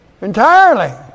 entirely